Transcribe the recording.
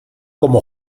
como